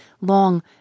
long